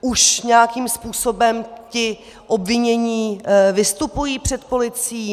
Už nějakým způsobem ti obvinění vystupují před policií?